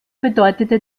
bedeutete